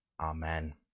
Amen